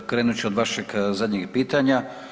Krenut ću od vašeg zadnjeg pitanja.